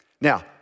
Now